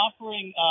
offering